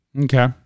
Okay